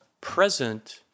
present